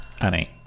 Annie